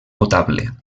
potable